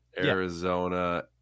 Arizona